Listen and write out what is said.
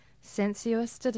sensuous